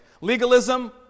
Legalism